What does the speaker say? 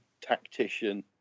tactician